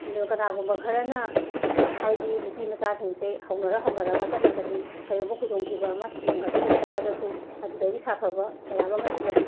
ꯑꯗꯨ ꯀꯅꯥꯒꯨꯝꯕ ꯈꯔꯅ ꯍꯥꯏꯗꯤ ꯅꯨꯄꯤ ꯃꯆꯥꯁꯤꯡꯁꯦ ꯍꯧꯅꯔ ꯍꯧꯅꯔꯒ ꯆꯠꯂꯒꯗꯤ ꯀꯩꯒꯨꯝꯕ ꯈꯨꯗꯣꯡꯊꯤꯕ ꯑꯃ ꯅꯪꯒꯗꯕ ꯑꯣꯏꯕ ꯇꯥꯔꯒꯁꯨ ꯑꯗꯨꯗꯒꯤ ꯁꯥꯐꯕ ꯃꯌꯥꯝ ꯑꯃꯁꯨ ꯂꯩ